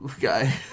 guy